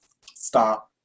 stop